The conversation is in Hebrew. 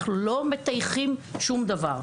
אנחנו לא מטייחים שום דבר.